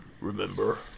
remember